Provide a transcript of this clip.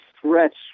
threats